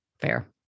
fair